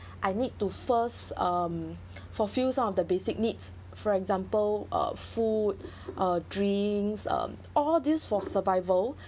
I need to first um for few some of the basic needs for example uh food uh drinks um all these for survival